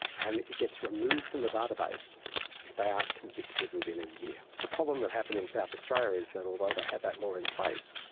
and it gets removed from the database if they aren't convicted within a year. the problem that happened in south australia is that although they have that law in place,